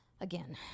Again